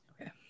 Okay